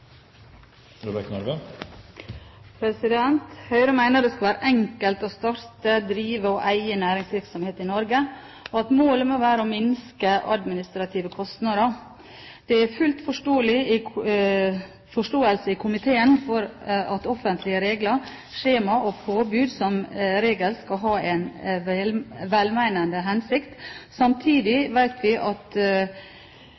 anses vedtatt. Høyre mener det skal være enkelt å starte, drive og eie næringsvirksomhet i Norge, og at målet må være å minske administrative kostnader. Det er full forståelse i komiteen for at offentlige regler, skjemaer og påbud som regel skal ha en velmenende hensikt. Samtidig